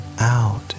out